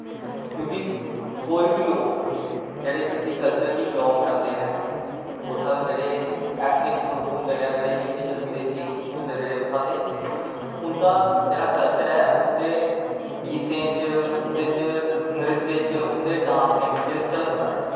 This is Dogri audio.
क्योंकि कोई बी लोग जेह्ड़े किसी कल्चर गी बिलांग करदे नै उत्थें दे जेह्ड़े ऐथनिक ग्रुप होंदे नै जेह्ड़े इंडिजन देस्सी ग्रुप्प होंदे उत्थें दे उंदा जेह्ड़ा कल्चर ऐ उंदे गीतें च उंदे नृत्य च उंदै डांसें बिच्च झलकदा ऐ